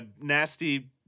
nasty